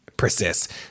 persist